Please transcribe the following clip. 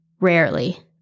rarely